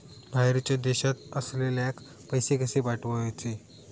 बाहेरच्या देशात असलेल्याक पैसे कसे पाठवचे?